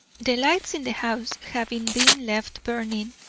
the lights in the house having been left burning,